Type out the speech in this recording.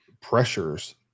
pressures